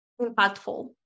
impactful